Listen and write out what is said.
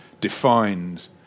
defined